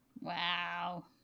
Wow